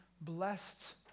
blessed